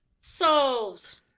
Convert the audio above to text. Solved